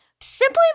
simply